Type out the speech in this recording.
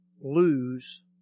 lose